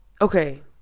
okay